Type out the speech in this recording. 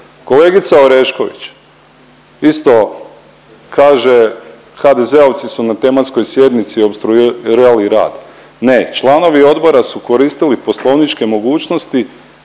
Kolegica Orešković isto kaže HDZ-ovci su na tematskoj sjednici opstruirali rad. Ne, članovi odbora su koristili poslovničke mogućnosti,